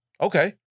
okay